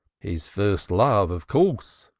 his first love of course,